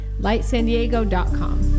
lightsandiego.com